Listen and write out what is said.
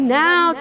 now